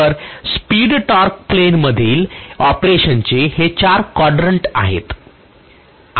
तर speed torque प्लेनमधील ऑपरेशनचे हे चार quadrant आहेत